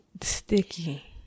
sticky